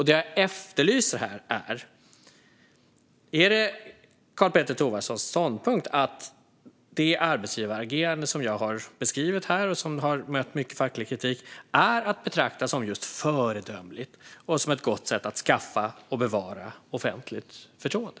Det jag här efterlyser är ett svar på om det är Karl-Petter Thorwaldssons ståndpunkt att det arbetsgivaragerande som jag har beskrivit här och som har mött mycket facklig kritik är att betrakta som just föredömligt och som ett gott sätt att skaffa och bevara offentligt förtroende.